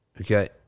okay